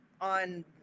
on